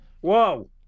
whoa